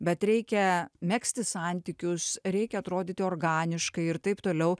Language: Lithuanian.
bet reikia megzti santykius reikia atrodyti organiškai ir taip toliau